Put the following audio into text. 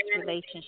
relationship